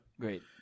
great